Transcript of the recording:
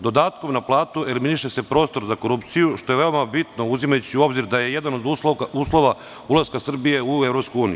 Dodatkom na platu eliminiše se prostor za korupciju što je veoma bitno uzimajući u obzir da je jedan od uslova ulaska Srbije u EU.